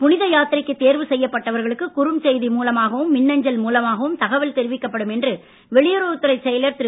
புனித யாத்திரைக்கு தேர்வு செய்யப்பட்டவர்களுக்கு குறுஞ்செய்தி மூலமாகவும் மின்ளஞ்சல் மூலமாகவும் தகவல் தெரிவிக்கப்படும் என்று வெளியுறவுத்துறை செயலர் திரு